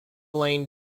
lane